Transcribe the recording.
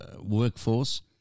workforce